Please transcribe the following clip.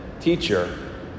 Teacher